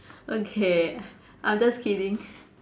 okay I was just kidding